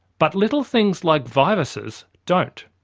but little things like viruses don't.